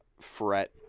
fret